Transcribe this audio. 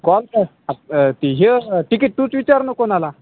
call कर त हे तिकीट टूचं विचारलं कोणाला